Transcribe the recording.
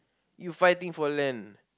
you fighting for land